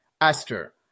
Aster